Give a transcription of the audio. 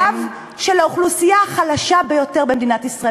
על הגב של האוכלוסייה החלשה ביותר במדינת ישראל.